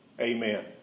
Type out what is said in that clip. amen